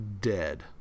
dead